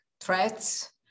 threats